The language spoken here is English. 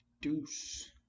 Deuce